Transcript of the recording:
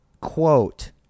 quote